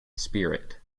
spirit